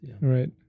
Right